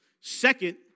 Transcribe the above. Second